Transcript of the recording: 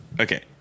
Okay